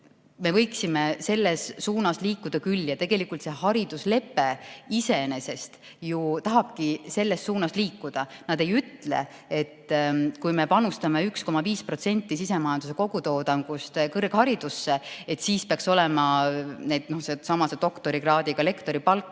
Me võiksime selles suunas liikuda küll ja tegelikult see hariduslepe iseenesest ju tahabki selles suunas liikuda. [Me] ei ütle, et kui me panustame 1,5% sisemajanduse kogutoodangust kõrgharidusse, siis peaks olema doktorikraadiga lektori palk